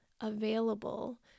available